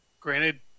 granted